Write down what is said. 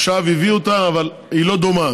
עכשיו הביאו אותה, אבל היא לא דומה.